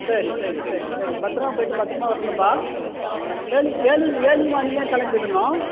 சரி சரி சரி சரி பத்தரமாக போய்விட்டு பத்தரமாக வரணும்ப்பா இயர்லி இயர்லி இயர்லி மார்னிங்கே கிளம்பிடணும்